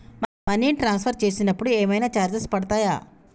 Money transfer చేసినప్పుడు ఏమైనా charges పడతయా?